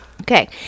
Okay